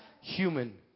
human